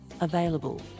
available